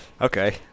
Okay